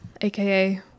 aka